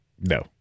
No